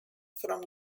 from